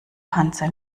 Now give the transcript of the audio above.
panzer